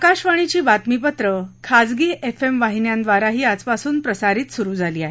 आकाशवाणीची बातमीपत्रं खाजगी एफ एम वाहिन्याद्वाराही आजपासून सुरु झाली आहेत